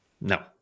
No